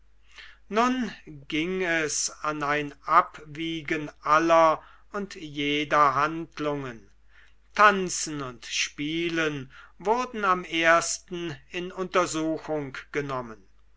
nun ging es an ein abwiegen aller und jeder handlungen tanzen und spielen wurden am ersten in untersuchung genommen